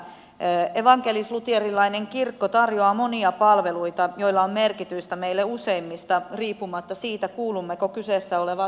evankelisluterilainen kirkko tarjoaa monia palveluita joilla on merkitystä meille useimmille riippumatta siitä kuulummeko kyseessä olevaan seurakuntaan vai emme